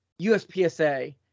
USPSA